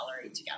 together